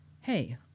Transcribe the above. Hey